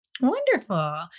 Wonderful